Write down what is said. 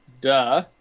duh